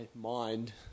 mind